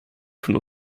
von